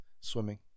swimming